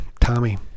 Tommy